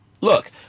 Look